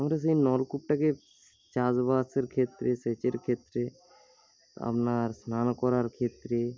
আমরা সেই নলকূপটাকে চাষবাসের ক্ষেত্রে সেচের ক্ষেত্রে আপনার স্নান করার ক্ষেত্রে